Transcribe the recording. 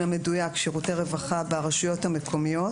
מדויק משירותי הרווחה ברשויות המקומיות,